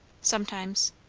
sometimes.